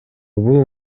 бул